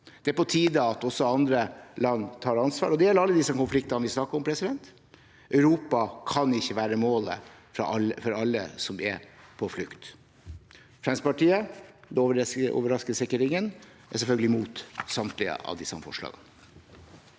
Det er på tide at også andre land tar ansvar, og det gjelder alle disse konfliktene vi snakker om. Europa kan ikke være målet for alle som er på flukt. Fremskrittspartiet er selvfølgelig imot samtlige av disse forslagene.